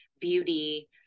beauty